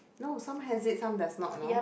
no some has it some does not you know